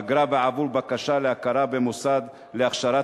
אגרה בעבור בקשה להכרה במוסד להכשרת